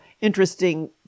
interesting